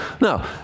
No